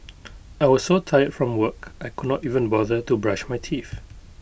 I was so tired from work I could not even bother to brush my teeth